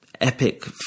epic